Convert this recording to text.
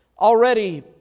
Already